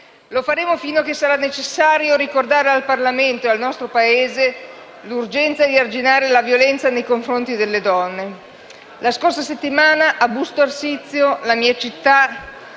Lo faremo fino a che sarà necessario ricordare al Parlamento e al nostro Paese l'urgenza di arginare la violenza nei confronti delle donne. La scorsa settimana, a Busto Arsizio, la mia città,